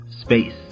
Space